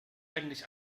eigentlich